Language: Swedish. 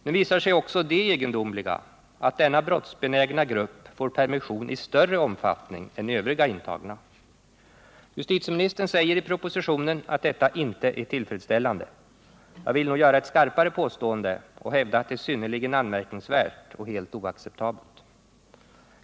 Nu visar sig också det egendomliga att denna brottsbenägna grupp får permission i större omfattning än övriga intagna. Justitieministern säger i propositionen att detta inte är tillfredsställande. Jag vill nog göra ett mer skärpt påstående och hävda att det är synnerligen anmärkningsvärt och helt oacceptabelt.